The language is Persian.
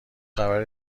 خبر